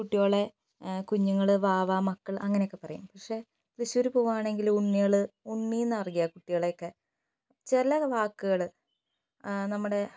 കുട്ട്യോളെ കുഞ്ഞുങ്ങള് വാവ മക്കൾ അങ്ങനെയൊക്കെ പറയും പക്ഷെ തൃശ്ശൂര് പോവുകയാണെങ്കിൽ ഉണ്ണികള് ഉണ്ണീന്നാണ് പറയുക കുട്ട്യോളൊക്കെ ചില വാക്കുകള് നമ്മുടെ